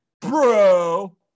Bro